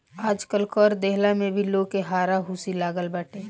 आजकल कर देहला में भी लोग के हारा हुसी लागल बाटे